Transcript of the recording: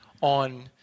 on